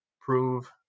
prove